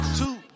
two